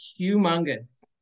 humongous